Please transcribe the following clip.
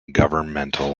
governmental